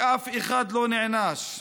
שאף אחד לא נענש,